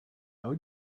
would